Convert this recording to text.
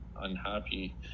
unhappy